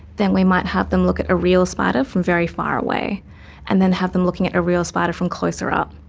then we might have them look at a real spider from very far away and then have them looking at a real spider from closer up.